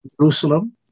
Jerusalem